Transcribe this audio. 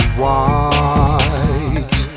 white